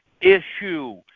issue